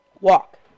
walk